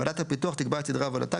ועדת הפיתוח תקבע את סדרי עבודתה,